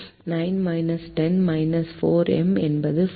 எனவே 9 10 4 M என்பது 4 M 1